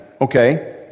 okay